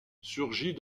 surgit